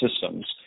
systems